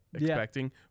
expecting